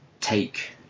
take